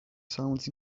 sounds